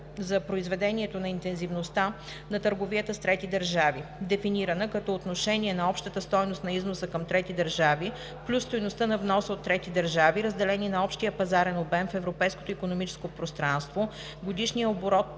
за произведението на интензивността на търговията с трети държави – дефинирана като отношение на общата стойност на износа към трети държави плюс стойността на вноса от трети държави, разделени на общия пазарен обем в Европейското икономическо пространство (годишния оборот